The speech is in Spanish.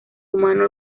humano